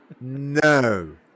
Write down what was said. No